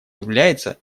является